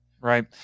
right